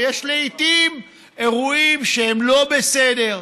ויש לעיתים אירועים שהם לא בסדר,